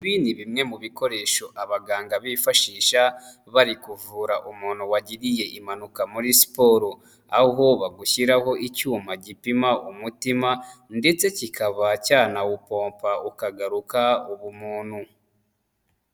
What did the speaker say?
Ibi ni bimwe mu bikoresho abaganga bifashisha bari kuvura umuntu wagiriye impanuka muri siporo, aho bagushyiraho icyuma gipima umutima ndetse kikaba cyanawupompa ukagaruka ubumuntu.